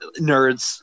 Nerds